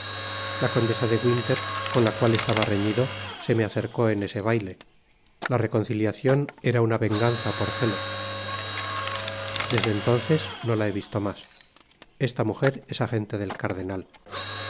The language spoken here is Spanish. la condesa de winter con la cual estaba reñido se me acercó en ese baile la reconciliacion era una venganza por celos desde entonces no la he visto mas esta mujer es agente del cardenal pero